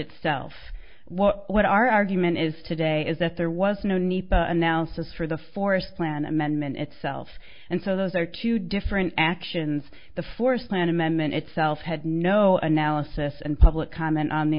itself what what our argument is today is that there was no need analysis for the forest plan amendment itself and so those are two different actions the forest land amendment itself had no analysis and public comment on the